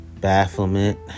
bafflement